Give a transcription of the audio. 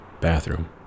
bathroom